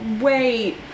wait